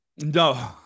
No